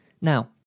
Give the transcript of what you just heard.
Now